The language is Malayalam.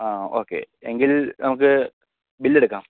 ആ ഓക്കേ എങ്കിൽ നമുക്ക് ബിൽ എടുക്കാം